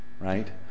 right